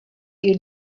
you